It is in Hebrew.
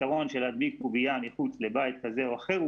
הפתרון של קובייה מחוץ לבית כזה או אחר הוא